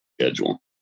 schedule